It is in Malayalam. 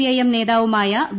ഐ എം നേതാവുമായ വി